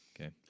Okay